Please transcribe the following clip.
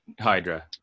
Hydra